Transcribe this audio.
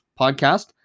podcast